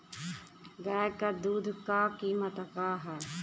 गाय क दूध क कीमत का हैं?